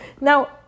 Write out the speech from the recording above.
Now